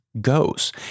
goes